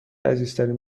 عزیزترین